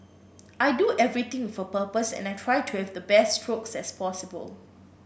I do everything with a purpose and I try to have the best strokes as possible